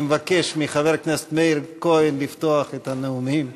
אני מבקש מחבר הכנסת מאיר כהן לפתוח את הנאומים,